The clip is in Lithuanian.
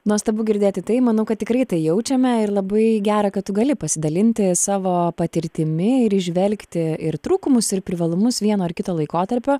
nuostabu girdėti tai manau kad tikrai tai jaučiame ir labai gera kad tu gali pasidalinti savo patirtimi ir įžvelgti ir trūkumus ir privalumus vieno ar kito laikotarpio